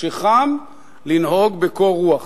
כשחם, לנהוג בקור רוח.